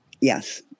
yes